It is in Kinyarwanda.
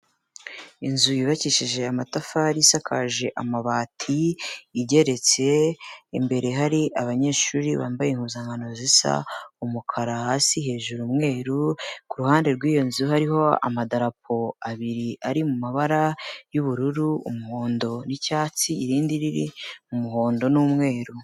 Inzu yubakishije amatafari, isakaje amabati, igeretse imbere hari abanyeshuri bambaye impuzankano zisa umukara hasi hejuru umweru, ku ruhande rw'iyo nzu hariho amadapo abiri ari mu mabara y'ubururu, umuhondo n'icyatsi irindi riri m'umuhondo n'umweru.